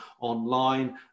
online